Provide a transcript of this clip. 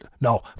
No